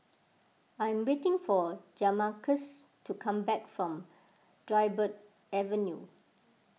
I am waiting for Jamarcus to come back from Dryburgh Avenue